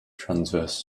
transverse